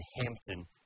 Hampton